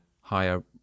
higher